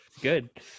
Good